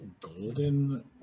golden